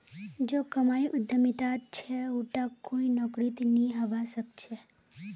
जो कमाई उद्यमितात छ उटा कोई नौकरीत नइ हबा स ख छ